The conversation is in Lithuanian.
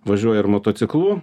važiuoji ir motociklu